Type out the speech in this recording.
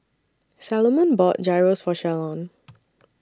Salomon bought Gyros For Shalon